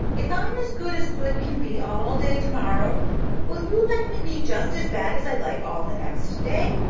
if i'm as good as good can be all day tomorrow will you let me be just as bad as i like all the next day?